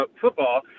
football